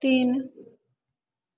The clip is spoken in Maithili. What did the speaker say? तीन